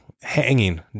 hanging